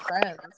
friends